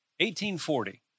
1840